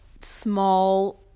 small